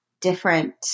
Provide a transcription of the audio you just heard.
different